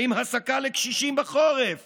האם הסקה לקשישים בחורף